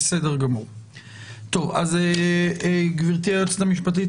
גברתי היועצת המשפטית,